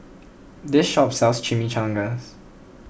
this shop sells Chimichangas